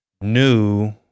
new